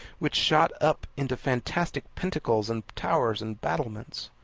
which shot up into fantastic pinnacles and towers and battlements.